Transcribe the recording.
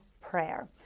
prayer